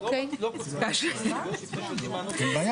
שזה 8ב (א) ו-(ב),